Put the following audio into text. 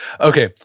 Okay